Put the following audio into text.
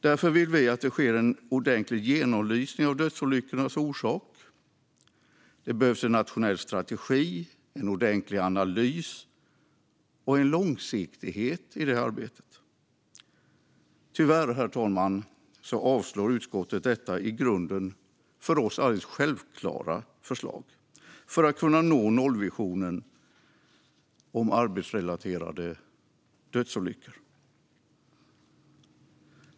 Därför vill vi att det sker en ordentlig genomlysning av dödsolyckornas orsak. Det behövs en nationell strategi, en ordentlig analys och en långsiktighet i det arbetet. Tyvärr, herr talman, avslår utskottet detta för oss i grunden självklara förslag för att kunna nå nollvisionen om arbetsrelaterade dödsolyckor.